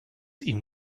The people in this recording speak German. ihm